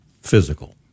physical